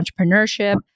entrepreneurship